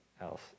else